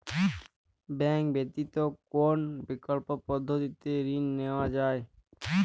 Bank ব্যতিত কোন বিকল্প পদ্ধতিতে ঋণ নেওয়া যায়?